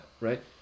right